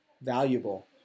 valuable